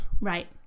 right